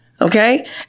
Okay